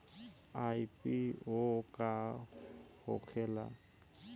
IPO का होखेला?